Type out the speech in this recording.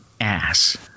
ass